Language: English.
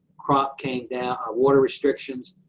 crop came down, water restrictions,